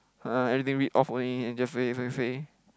ah everything read off only then just say just say